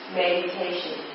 meditation